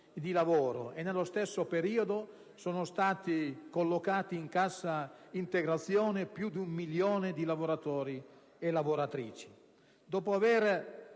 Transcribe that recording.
di lavoro e nello stesso periodo sono stati collocati in cassa integrazione più di un milione di lavoratori e lavoratrici. Dopo avere